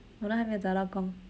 我都还没有找到工